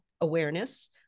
awareness